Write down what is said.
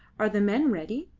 are the men ready?